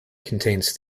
contains